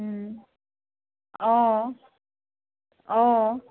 অঁ অঁ